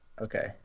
Okay